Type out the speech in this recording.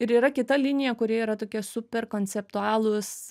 ir yra kita linija kurie yra tokie super konceptualūs